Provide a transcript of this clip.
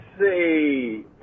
see